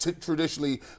traditionally